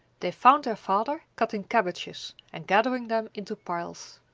they found their father cutting cabbages and gathering them into piles.